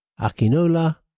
Akinola